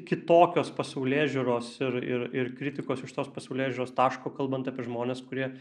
kitokios pasaulėžiūros ir ir ir kritikos iš tos pasaulėžiūros taško kalbant apie žmones kurie